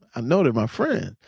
and know they're my friends.